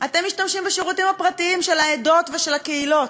אתם משתמשים בשירותים הפרטיים של העדות ושל הקהילות.